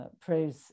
praise